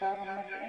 חלק מהדברים,